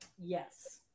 Yes